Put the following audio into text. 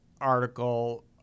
article